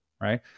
right